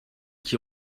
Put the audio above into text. qui